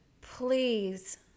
Please